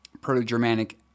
Proto-Germanic